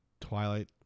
Twilight